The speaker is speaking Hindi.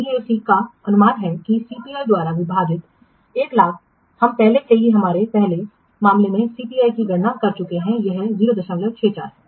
BAC का अनुमान है कि CPI द्वारा विभाजित 100000 हम पहले से ही हमारे पहले मामले में CPI की गणना कर चुके हैं यह 064 है